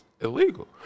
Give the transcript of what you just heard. illegal